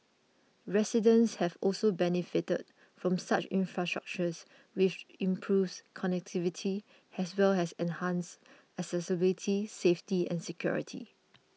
residents have also benefited from such infrastructures which improves connectivity as well as enhances accessibility safety and security